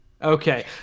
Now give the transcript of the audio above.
Okay